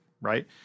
right